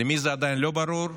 למי זה עדיין לא ברור?